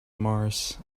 mars